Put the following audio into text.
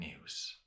news